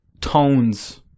tones